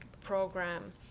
program